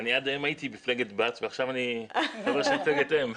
אני עד היום הייתי במפלגת בת ועכשיו אני חבר של מפלגת אם.